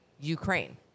Ukraine